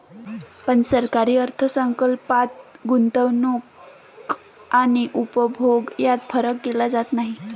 पण सरकारी अर्थ संकल्पात गुंतवणूक आणि उपभोग यात फरक केला जात नाही